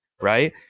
right